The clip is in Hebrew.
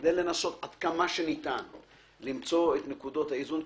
כדי לנסות עד כמה שניתן למצוא את נקודות האיזון,